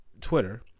Twitter